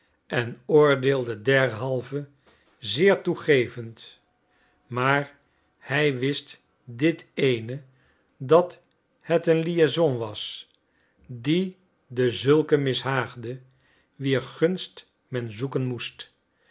en oordeelde derhalve zeer toegevend maar hij wist dit eene dat het een liaison was die dezulken mishaagde wier gunst men zoeken moest